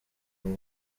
buri